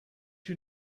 you